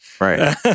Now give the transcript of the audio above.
Right